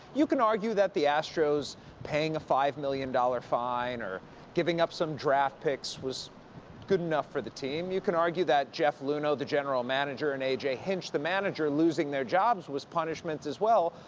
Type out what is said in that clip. you can argue that the astros paying a five million dollars fine or giving up some draft picks was good enough for the team. you can argue that jeff luhnow, the general manager, and a j. hinch, the manager, losing their jobs was punishment as well.